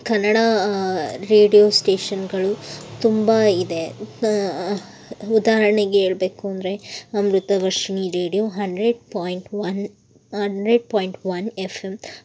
Kannada radio ಸ್ಟೇಷನ್ಗಳು ತುಂಬ ಇದೆ ಉದಾಹರ್ಣೆಗೆ ಹೇಳ್ಬೇಕು ಅಂದರೆ Amruthavarshini radio hundred point one hundred point one F M